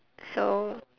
so